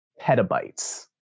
petabytes